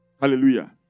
Hallelujah